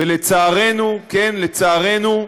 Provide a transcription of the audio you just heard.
ולצערנו, כן, לצערנו,